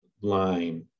line